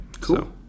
Cool